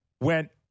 went